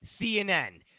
CNN